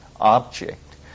object